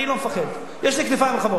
אני לא מפחד, יש לי כתפיים רחבות.